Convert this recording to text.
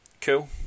cool